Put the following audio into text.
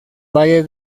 valle